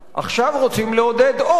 עכשיו רוצים לעודד עוד,